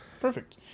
Perfect